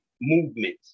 movement